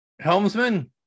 helmsman